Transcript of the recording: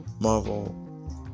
Marvel